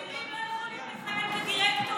צעירים לא יכולים לכהן כדירקטורים.